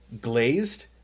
Glazed